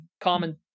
common